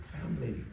family